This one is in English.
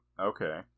Okay